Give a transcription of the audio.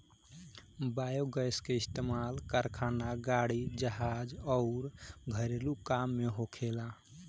biogas के इस्तमाल कारखाना, गाड़ी, जहाज अउर घरेलु काम में होखेला